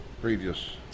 previous